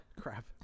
Crap